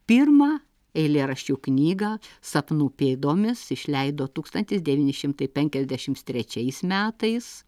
pirmą eilėraščių knygą sapnų pėdomis išleido tūkstantis devyni šimtai penkiasdešims trečiais metais